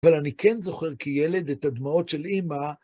אבל אני כן זוכר כילד את הדמעות של אימא.